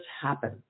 happen